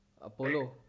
Apollo